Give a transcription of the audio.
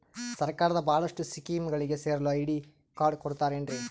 ಸರ್ಕಾರದ ಬಹಳಷ್ಟು ಸ್ಕೇಮುಗಳಿಗೆ ಸೇರಲು ಐ.ಡಿ ಕಾರ್ಡ್ ಕೊಡುತ್ತಾರೇನ್ರಿ?